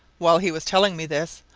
while he was telling me this,